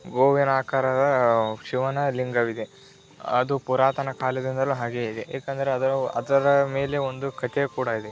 ಗೋವಿನಾಕಾರದ ಶಿವನ ಲಿಂಗವಿದೆ ಅದು ಪುರಾತನ ಕಾಲದಿಂದಲೂ ಹಾಗೆಯೇ ಇದೆ ಏಕಂದರೆ ಅದರು ಅದರ ಮೇಲೆ ಒಂದು ಕಥೆಯು ಕೂಡ ಇದೆ